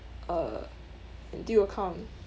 uh N_T_U account